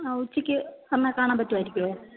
ആ ഉച്ചയ്ക്ക് വന്നാൽ കാണാൻ പറ്റുവായിരിക്കോ